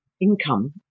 income